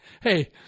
Hey